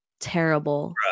terrible